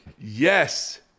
yes